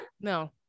No